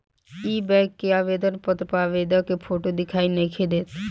इ बैक के आवेदन पत्र पर आवेदक के फोटो दिखाई नइखे देत